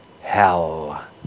hell